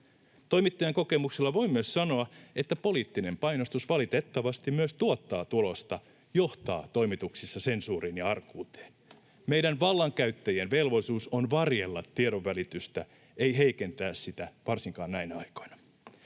Toimittajan kokemuksella voin myös sanoa, että poliittinen painostus valitettavasti tuottaa tulosta, johtaa toimituksissa sensuuriin ja arkuuteen. Meidän vallankäyttäjien velvollisuus on varjella tiedonvälitystä, ei heikentää sitä, varsinkaan näinä aikoina.